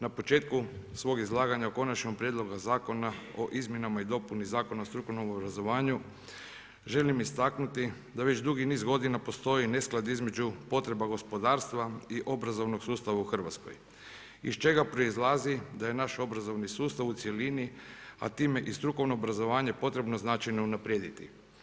Na početku svog izlaganja u Konačnom prijedlogu zakona o izmjenama i dopunama Zakona o strukovnom obrazovanju želim istaknuti da već dugi niz godina postoji nesklad između potreba gospodarstva i obrazovnog sustava u Hrvatskoj iz čega proizlazi da je naš obrazovni sustav u cjelini a time i strukovno obrazovanje potrebno značajno unaprijediti.